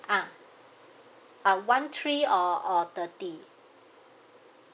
ah uh one three or or thirty